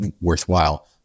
worthwhile